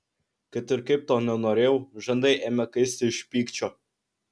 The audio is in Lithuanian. kad ir kaip to nenorėjau žandai ėmė kaisti iš pykčio